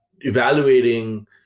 evaluating